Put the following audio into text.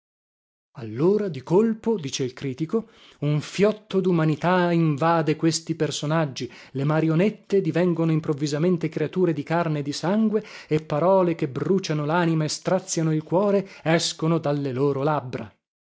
allora di colpo dice il critico un fiotto dumanità invade questi personaggi le marionette divengono improvvisamente creature di carne e di sangue e parole che bruciano lanima e straziano il cuore escono dalle loro labbra